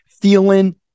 Feeling